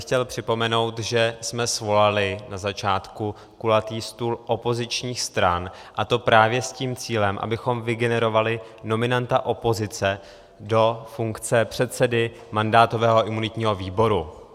Chtěl bych připomenout, že jsme svolali na začátku kulatý stůl opozičních stran, a to právě s tím cílem, abychom vygenerovali nominanta opozice do funkce předsedy mandátového a imunitního výboru.